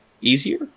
easier